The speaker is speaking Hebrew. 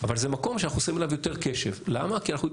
אבל זה מקום שאנחנו שמים עליו יותר קשב.